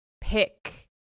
pick